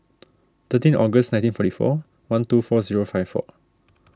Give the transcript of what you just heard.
thirteen August nineteen forty four one two four zero five four